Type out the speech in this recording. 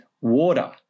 water